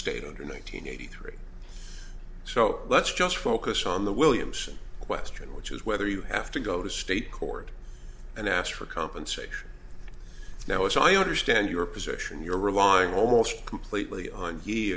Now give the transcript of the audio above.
state under nine hundred eighty three so let's just focus on the williamson question which is whether you have to go to state court and ask for compensation now as i understand your position you're relying almost completely on the